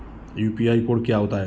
UPI code क्या होता है?